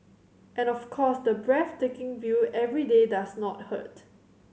and of course the breathtaking view every day does not hurt